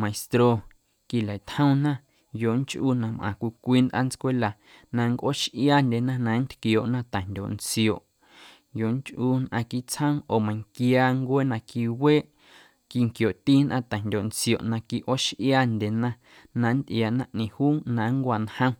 meistro quilatjom yoonchꞌu na mꞌaⁿ cwii cwii ntꞌaantscwela na nncꞌooxꞌiaandyena na nntquiooꞌna tajndyooꞌ ntsioꞌ yoonchꞌu, nnꞌaⁿ quiiꞌ tsjoom oo meiⁿnquia ncuee na quiweeꞌ quinquiooꞌti nnꞌaⁿ ta̱jndyooꞌ ntsioꞌ na quiꞌooxꞌiaandyena na nntꞌiaana ꞌñeeⁿ juu na nncwantjom.